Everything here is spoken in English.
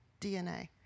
DNA